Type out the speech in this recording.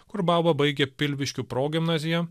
kur bauba baigė pilviškių progimnaziją